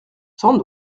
sans